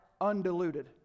Undiluted